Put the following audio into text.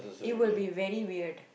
it will be very weird